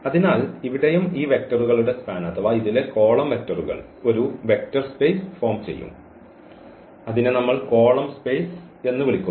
അതിനാൽ ഇവിടെയും ഈ വെക്റ്ററുകളുടെ സ്പാൻ അഥവാ ഇതിലെ കോളം വെക്റ്ററുകൾ ഒരു വെക്റ്റർ സ്പേസ് ഫോം ചെയ്യും അതിനെ നമ്മൾ കോളം സ്പേസ് എന്ന് വിളിക്കുന്നു